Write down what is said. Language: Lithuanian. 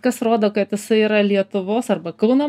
kas rodo kad jisai yra lietuvos arba kauno